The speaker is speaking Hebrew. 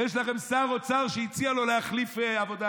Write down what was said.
יש לכם שר אוצר שהציע לו להחליף עבודה